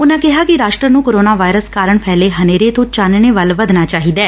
ਉਨਾਂ ਕਿਹਾ ਕਿ ਰਾਸ਼ਟਰ ਨੂੰ ਕੋਰੋਨਾ ਵਾਇਰਸ ਕਾਰਨ ਫੈਲੇ ਹਨੇਰੇ ਤੋਂ ਚਾਨਣੇ ਵੱਲ ਵੱਧਣਾ ਚਾਹੀਦੈ